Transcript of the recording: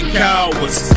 cowards